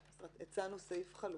הצענו סעיף חלופי.